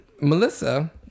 Melissa